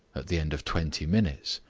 at the end of twenty minutes,